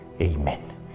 Amen